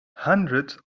hundreds